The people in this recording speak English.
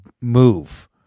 move